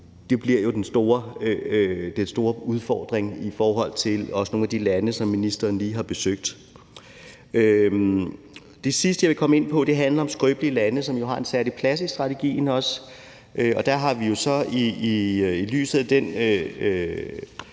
det bliver jo den store udfordring også i forhold til nogle af de lande, som ministeren lige har besøgt. Det sidste, jeg vil komme ind på, handler om skrøbelige lande, som jo har en særlig plads i strategien, og der har vi i lyset af